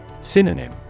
Synonym